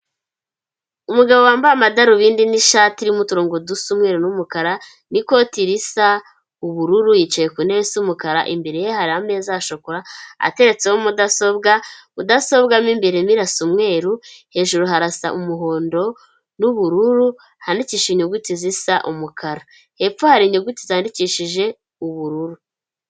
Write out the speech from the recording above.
Umugabo wambaye amadarubindi n'ishati irimo uturongo dusa umweru n'umukara, n'ikoti risa ubururu, yicaye ku ntebe isa umukara, imbere ye hari ameza ya shokora, ateretseho mudasobwa, mudasobwa mo imbere irasa umweru, hejuru harasa umuhondo n'ubururu, handikishije inyuguti zisa umukara. Hepfo hari inyuguti zandikishije ubururu.